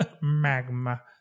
magma